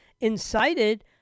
incited